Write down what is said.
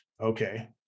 okay